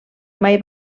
mai